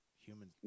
human